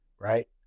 right